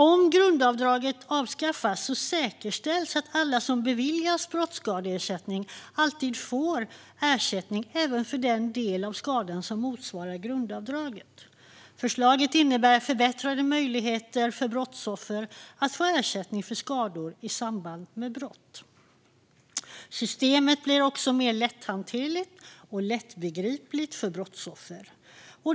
Om grundavdraget avskaffas säkerställs att alla som beviljas brottsskadeersättning alltid får ersättning även för den del av skadan som motsvarar grundavdraget. Förslaget innebär förbättrade möjligheter för brottsoffer att få ersättning för skador i samband med brott. Systemet blir också mer lätthanterligt och lättbegripligt för brottsoffer.